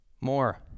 more